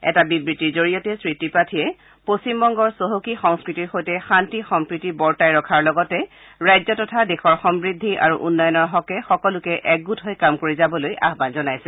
এটা বিব্তিৰ জৰিয়তে শ্ৰীত্ৰিপাঠীয়ে পশ্চিমৰংগৰ চহকী সংস্থতিৰ সৈতে শান্তি সম্প্ৰীতি বৰ্তাই ৰখাৰ লগতে ৰাজ্য তথা দেশৰ সমূদ্ধি আৰু উন্নয়নৰ হকে সকলোকে একগোট হৈ কাম কৰি যাবলৈ আহান জনাইছে